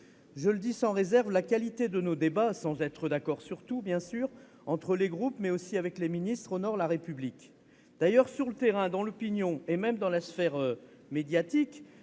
Je le dis sans réserve : la qualité de nos débats- sans être d'accord sur tout -, entre les groupes, mais aussi avec les ministres, honore la République. Sur le terrain, dans l'opinion et même dans la sphère médiatique,